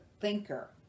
thinker